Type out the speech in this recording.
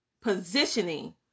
positioning